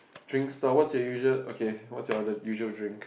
drink stall what's your usual okay what's your other usual drink